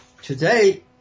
Today